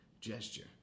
gesture